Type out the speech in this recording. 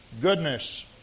Goodness